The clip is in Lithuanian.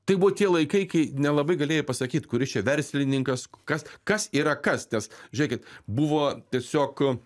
tai buvo tie laikai kai nelabai galėjai pasakyt kuris čia verslininkas kas kas yra kas nes žiūrėkit buvo tiesiog